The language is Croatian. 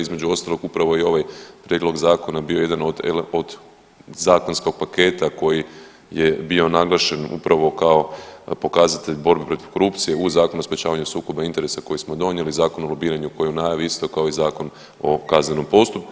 Između ostalog upravo i ovaj prijedlog zakona bio je jedan od zakonskog paketa koji je bio naglašen upravo kao pokazatelj borbe protiv korupcije u Zakonu o sprječavanju sukoba interesa koji smo donijeli, Zakon o lobiranju koji je u najavi isto kao i Zakon o kaznenom postupku.